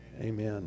amen